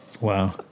Wow